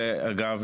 אגב,